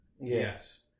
Yes